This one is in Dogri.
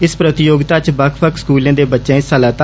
इस प्रतियोगिता च बक्ख बक्ख स्कूले दे बच्चे हिस्सा लैता